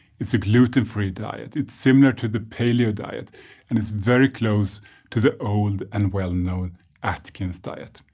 it's a gluten-free diet, it's similar to the paleo diet and it's very close to the old and well-known atkins diet.